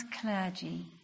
clergy